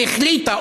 והחליטה,